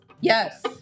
Yes